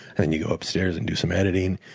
and then you go upstairs and do some editing.